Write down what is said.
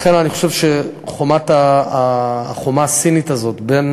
לכן אני חושב שהחומה הסינית הזאת, בין